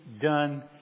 done